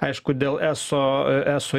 aišku dėl eso eso